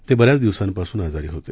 ते बऱ्याच दिवसांपासून आजारी होते